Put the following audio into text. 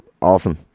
awesome